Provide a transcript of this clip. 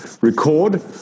record